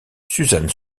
suzanne